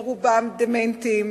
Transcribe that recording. רובם דמנטים,